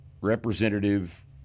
representative